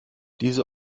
diese